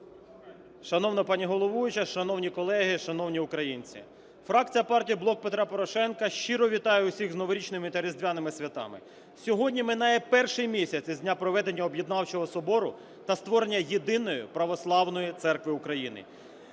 Шановна пані головуюча, шановні колеги, шановні українці, фракція партії "Блок Петра Порошенка" щиро вітає усіх з новорічними та різдвяними святами. Сьогодні минає перший місяць з дня проведення Об'єднавчого Собору та створення єдиної православної церкви України.